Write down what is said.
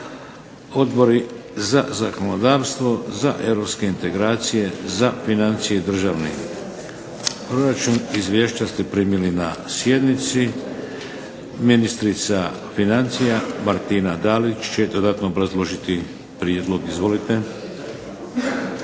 odbori za zakonodavstvo, za europske integracije, za financije i državni proračun. Izvješća ste primili na sjednici. Ministrica financija Martina Dalić će dodatno obrazložiti prijedlog. Izvolite.